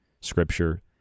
scripture